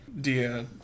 dear